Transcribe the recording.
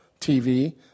TV